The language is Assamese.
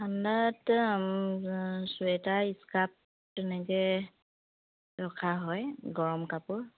ঠাণ্ডাত চুৱেটাৰ স্কাৰ্প তেনেকৈ ৰখা হয় গৰম কাপোৰ